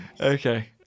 Okay